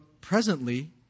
presently